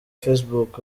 facebook